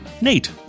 Nate